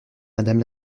madame